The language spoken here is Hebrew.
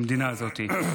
במדינה הזאת.